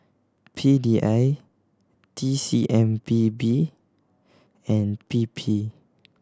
P D I T C M P B and P P